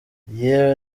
yewe